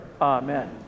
amen